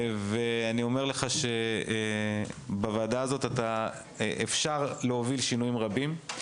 אני אומר לך שבוועדה הזאת אפשר להוביל שינויים רבים.